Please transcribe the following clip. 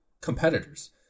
competitors